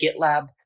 GitLab